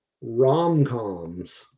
rom-coms